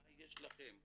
מה יש לכם,